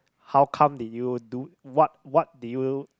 how come did you do what what did you